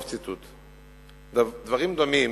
דברים דומים,